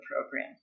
program